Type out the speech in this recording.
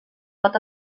pot